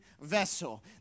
vessel